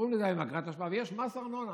קוראים לזה היום אגרת אשפה, ויש מס ארנונה.